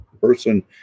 person